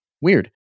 weird